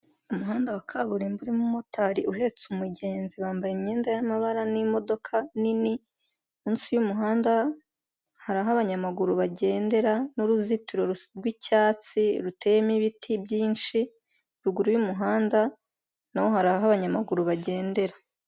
Umuhanda wa kaburimbo urimo umumotari uhetse umugenzi wambaye imyenda y'amabara n'imodoka nini, munsi y'umuhanda hari aho abanyamaguru bagendera n'uruzitiro rw'icyatsi ruteyemo ibiti byinshi ruguru y'umuhanda naho hari aho abanyamaguru bagendera.